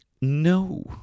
No